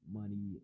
money